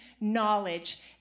knowledge